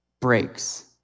breaks